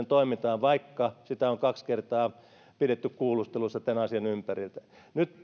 toimintaan vaikuttanut vaikka sitä on kaksi kertaa pidetty kuulusteluissa tämän asian ympäriltä nyt